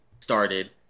started